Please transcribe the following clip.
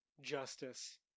justice